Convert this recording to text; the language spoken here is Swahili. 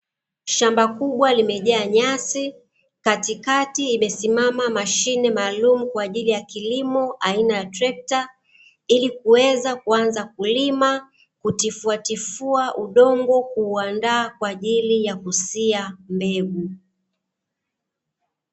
Shamba kubwa limejaa nyasi, katikati imesimama mashine maalumu kwa ajili ya kilimo aina ya trekta ili kuweza kuanza kulima, kutifuatifua udongo kuuandaa kwa ajili ya kusia mbegu.